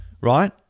right